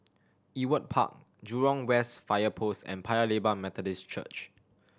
Ewart Park Jurong West Fire Post and Paya Lebar Methodist Church